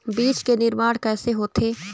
बीज के निर्माण कैसे होथे?